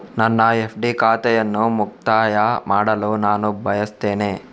ನನ್ನ ಎಫ್.ಡಿ ಖಾತೆಯನ್ನು ಮುಕ್ತಾಯ ಮಾಡಲು ನಾನು ಬಯಸ್ತೆನೆ